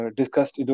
discussed